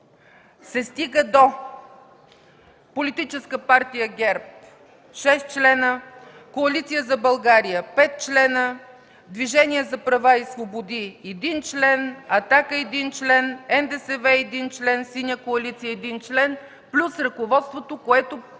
се стига до: Политическа партия ГЕРБ – 6 члена; Коалиция за България – 5 члена; Движение за права и свободи – 1 член; „Атака” – 1 член; НДСВ – 1 член и Синята коалиция – 1 член, плюс ръководството, което,